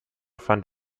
fand